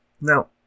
Now